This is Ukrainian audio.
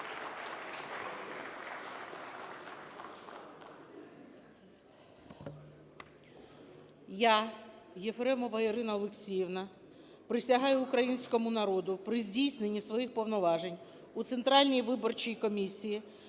Я, Вербенський Михайло Георгійович, присягаю українському народу при здійсненні своїх повноважень у Центральній виборчій комісії